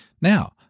Now